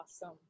Awesome